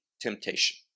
temptation